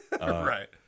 Right